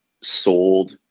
sold